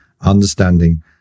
understanding